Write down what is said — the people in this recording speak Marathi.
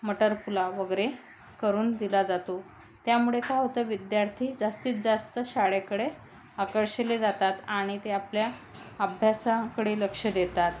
मटर पुलाव वगैरे करून दिला जातो त्यामुळे काय होतं विद्यार्थी जास्तीत जास्त शाळेकडे आकर्षले जातात आणि ते आपल्या अभ्यासाकडे लक्ष देतात